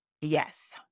yes